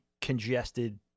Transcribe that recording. congested